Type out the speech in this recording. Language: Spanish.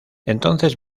entonces